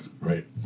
right